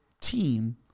team